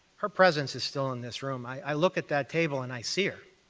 her presence is still in this room. i look at that table and i see her.